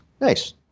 Nice